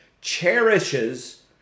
cherishes